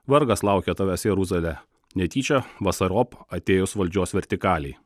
vargas laukia tavęs jeruzale netyčia vasarop atėjus valdžios vertikalei